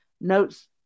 notes